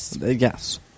Yes